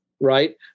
right